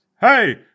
Hey